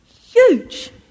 huge